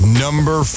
number